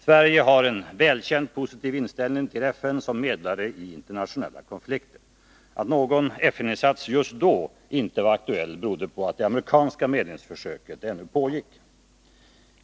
Sverige har en välkänt positiv inställning till FN som medlare i internationella konflikter. Att någon FN-insats just då inte var aktuell berodde på att det amerikanska medlingsförsöket ännu pågick.